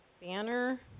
banner